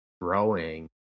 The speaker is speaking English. growing